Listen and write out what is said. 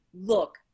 look